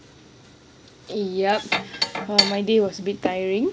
yup my day was a bit tiring